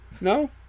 No